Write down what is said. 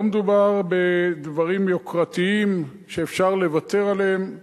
לא מדובר בדברים יוקרתיים שאפשר לוותר עליהם,